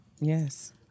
Yes